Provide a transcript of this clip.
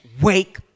wake